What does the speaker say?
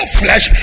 flesh